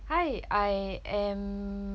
hi I am